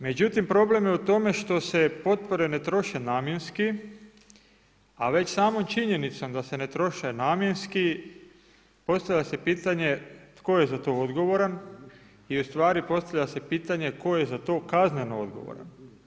Međutim problem je u tome što se potpore ne troše namjenski, a već samom činjenicom da se ne troše namjenski postavlja se pitanje tko je za to odgovoran i ustvari postavlja se pitanje tko je za to kazneno odgovoran.